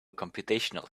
computational